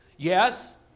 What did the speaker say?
Yes